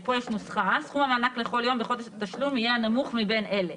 פה יש נוסחה: סכום המענק לכל יום בחודש התשלום יהיה הנמוך מבין אלה: